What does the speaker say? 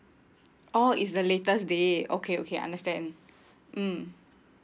oh is the latest day okay okay I understand mm